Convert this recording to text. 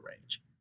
range